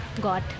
got